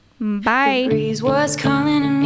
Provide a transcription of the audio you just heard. Bye